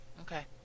Okay